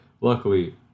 luckily